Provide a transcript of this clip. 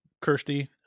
Kirsty